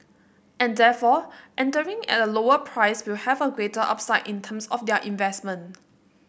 and therefore entering at a lower price will have a greater upside in terms of their investment